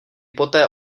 poté